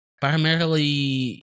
primarily